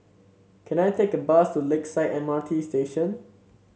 can I take a bus to Lakeside M R T Station